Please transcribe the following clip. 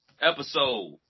Episode